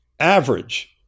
Average